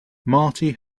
marty